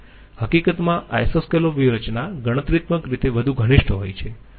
હકીકતમાં આઈસોસ્કેલોપ વ્યૂહરચના ગણતરીત્મક રીતે વધુ ઘનિષ્ઠ હોય છે